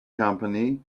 company